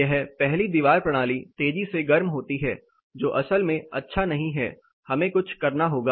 यह पहली दीवार प्रणाली तेजी से गर्म होती है जो असल में अच्छा नहीं है हमें कुछ करना होगा